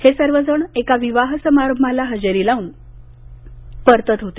हे सर्व जण एका विवाह समारंभाला हजेरी लावून परतत होते